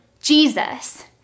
Jesus